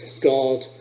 God